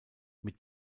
mit